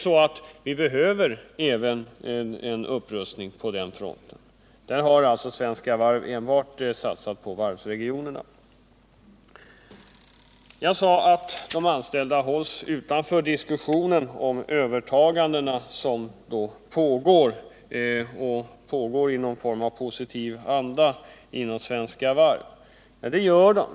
Det behövs en upprustning även på den fronten, men där har Svenska Varv enbart satsat på Jag sade att de anställda hålls utanför diskussionen om övertagande, som pågår i någon form av positiv anda inom Svenska Varv.